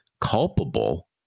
culpable